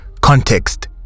context